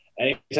Anytime